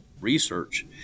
research